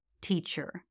teacher